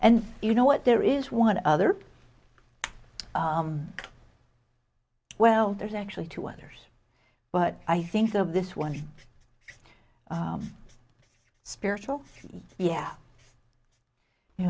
and you know what there is one other well there's actually two others but i think of this one is spiritual yeah you